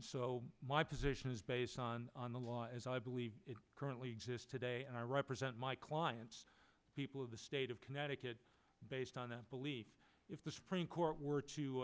so my position is based on the law as i believe it currently exists today i represent my clients people of the state of connecticut based on i believe if the supreme court were to